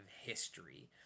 history